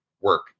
work